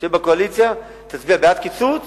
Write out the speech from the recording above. כשתהיה בקואליציה תצביע בעד קיצוץ